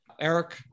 Eric